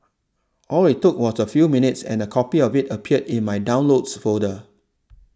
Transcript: all it took was a few minutes and a copy of it appeared in my downloads folder